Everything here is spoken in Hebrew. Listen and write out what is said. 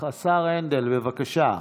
השר הנדל, בבקשה.